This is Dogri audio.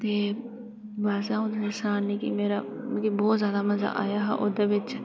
बस अं'ऊ तुसें गी सनान्नीं कि मेरा मिगी बहुत जादै मज़ा आया हा ओह्दे बिच